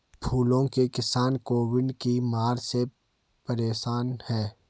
फूलों के किसान कोविड की मार से परेशान है